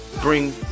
bring